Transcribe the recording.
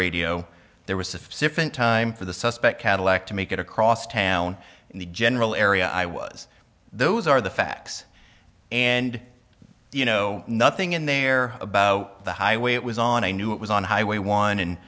radio there was sufficient time for the suspect cadillac to make it across town in the general area i was those are the facts and you know nothing in there about the highway it was on i knew it was on highway one and